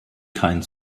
kein